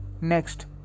next